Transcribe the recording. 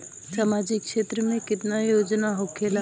सामाजिक क्षेत्र में केतना योजना होखेला?